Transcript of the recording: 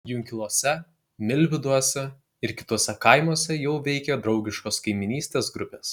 junkiluose milvyduose ir kituose kaimuose jau veikia draugiškos kaimynystės grupės